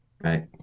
right